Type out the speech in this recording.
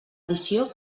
edició